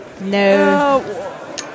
No